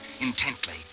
intently